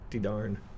darn